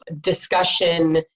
discussion